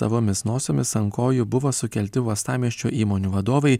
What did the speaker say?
savomis nosimis ant kojų buvo sukelti uostamiesčio įmonių vadovai